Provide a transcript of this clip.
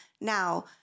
Now